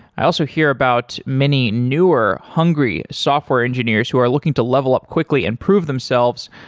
i also hear about many, newer, hungry software engineers who are looking to level up quickly and prove themselves.